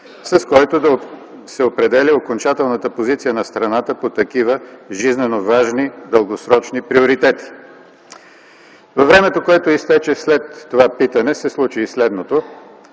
с който да се определя окончателната позиция на страната по такива жизнено важни, дългосрочни приоритети?”. Във времето, което изтече след това питане, се случи и следното